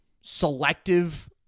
selective